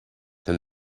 then